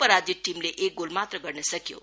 पराजित टीमले एक गोल मात्र गर्न सक्यो